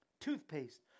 toothpaste